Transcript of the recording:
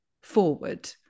forward